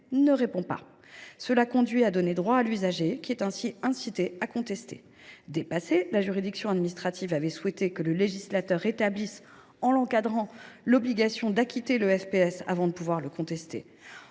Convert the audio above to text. ne le fait pas. Cela conduit à donner droit à l’usager, qui est ainsi incité à contester de nouveau. Dépassée, la juridiction administrative avait souhaité que le législateur rétablisse, en l’encadrant, l’obligation d’acquitter le FPS avant de pouvoir le contester.